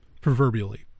proverbially